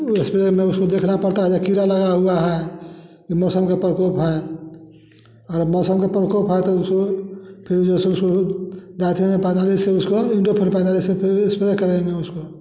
spray में उसको देखना पड़ता है कि कीड़ा लगा हुआ है कि मौसम के प्रकोप है और मौसम के प्रकोप है तो उसे फिर जैसे सो हो से उसको इंजोफन पैनाले से एस्प्रे करेंगे उस पे